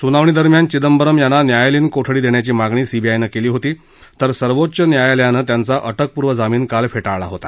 सुनावणी दरम्यान चिदंबरम यांना न्यायालयीन कोठडी देण्याची मागणी सीबीआयनं केली होती तर सर्वोच्च न्यायालयानं त्यांचा अटकपूर्व जामीन काल फेटाळला होता